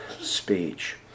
speech